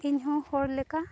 ᱤᱧᱦᱚᱸ ᱦᱚᱲᱞᱮᱠᱟ